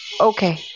Okay